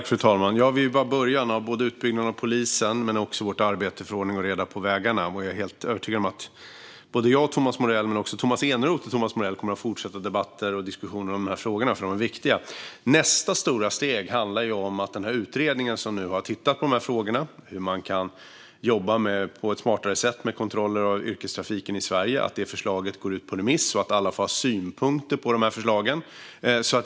Fru talman! Vi är bara i början av både utbyggnaden av polisen och vårt arbete för ordning och reda på vägarna. Jag är helt övertygad om att både jag och Thomas Morell och Tomas Eneroth och Thomas Morell kommer att ha fortsatta debatter och diskussioner om de här frågorna. De är viktiga. Nästa stora steg handlar om den utredning som nu har tittat på de här frågorna och hur man kan jobba med smartare kontroller av yrkestrafiken i Sverige. Det förslaget ska gå ut på remiss så att alla får ha synpunkter på förslagen.